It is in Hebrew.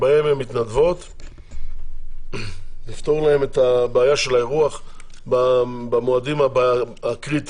שבהם הן מתנדבות לפתור להן את הבעיה של האירוח במועדים הקריטיים,